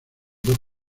dos